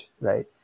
Right